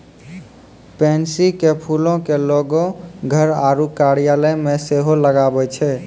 pansy के फूलो के लोगें घर आरु कार्यालय मे सेहो लगाबै छै